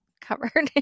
covered